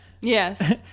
Yes